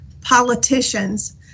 politicians